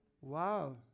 Wow